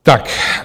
Tak.